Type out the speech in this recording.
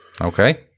Okay